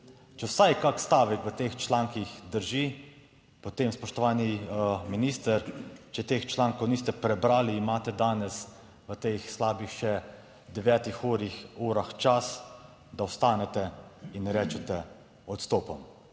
Če vsaj kak stavek v teh člankih drži, potem, spoštovani minister, če teh člankov niste prebrali, imate danes v teh slabih 9 urah še čas, da ostanete in rečete odstopom.